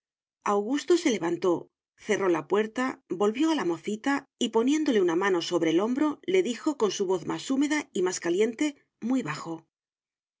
augusto se levantó cerró la puerta volvió a la mocita y poniéndole una mano sobre el hombro le dijo con su voz más húmeda y más caliente muy bajo